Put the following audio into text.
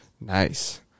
Nice